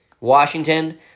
Washington